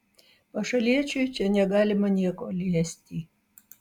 pašaliečiui čia negalima nieko liesti